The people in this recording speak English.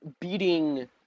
beating